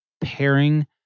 pairing